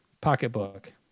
pocketbook